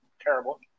terrible